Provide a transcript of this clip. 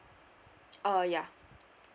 uh ya